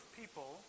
people